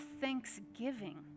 thanksgiving